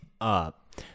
up